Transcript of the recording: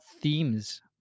themes